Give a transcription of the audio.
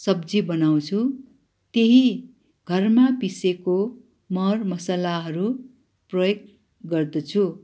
सब्जी बनाउँछु त्यही घरमा पिसेको मरमसलाहरू प्रयोग गर्दछु